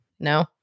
No